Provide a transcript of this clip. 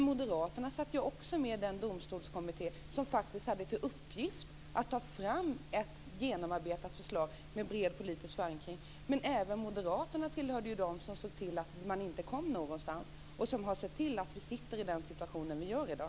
Moderaterna satt också med i den domstolskommitté som hade till uppgift att ta fram ett genomarbetat förslag med bred politisk förankring. Även moderaterna hörde till dem som såg till att man inte kom någonstans. Det gör att vi sitter i den situation vi gör i dag.